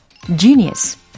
Genius